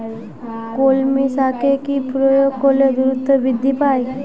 কলমি শাকে কি প্রয়োগ করলে দ্রুত বৃদ্ধি পায়?